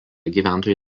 gyventojų